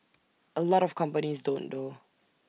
A lot of companies don't though